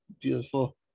Beautiful